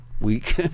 week